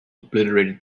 obliterated